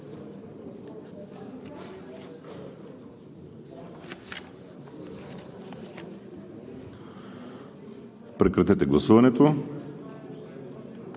Прекратете гласуването,